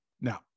Now